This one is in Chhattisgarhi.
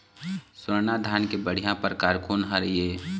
स्वर्णा धान के बढ़िया परकार कोन हर ये?